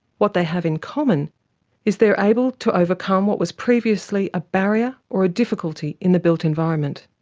what they have in common is they are able to overcome what was previously a barrier or a difficulty in the built environment.